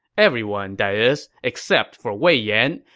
everyone, that is, except for wei yan,